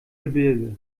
gebirge